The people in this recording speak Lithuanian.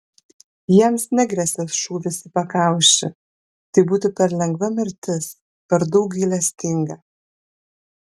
jiems negresia šūvis į pakaušį tai būtų per lengva mirtis per daug gailestinga